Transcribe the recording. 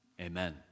Amen